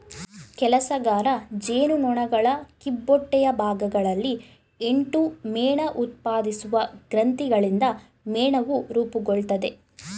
ಕೆಲಸಗಾರ ಜೇನುನೊಣಗಳ ಕಿಬ್ಬೊಟ್ಟೆಯ ಭಾಗಗಳಲ್ಲಿ ಎಂಟು ಮೇಣಉತ್ಪಾದಿಸುವ ಗ್ರಂಥಿಗಳಿಂದ ಮೇಣವು ರೂಪುಗೊಳ್ತದೆ